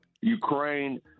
Ukraine